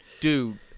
dude